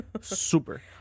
super